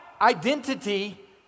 identity